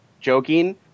joking